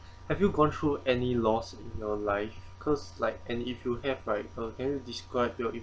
have you gone through any loss in your life cause like and if you have right uh can you describe